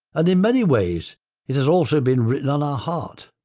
and in many ways it has also been written on our heart.